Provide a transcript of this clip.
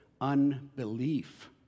unbelief